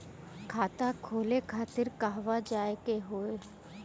खाता खोले खातिर कहवा जाए के होइ?